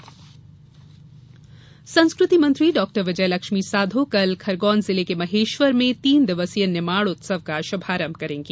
निमाड़ उत्सव संस्कृति मंत्री डॉ विजयलक्ष्मी साधौ कल खरगोन जिले के महेश्वर में तीन दिवसीय निमाड़ उत्सव का शुभारंभ करेंगी